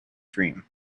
dream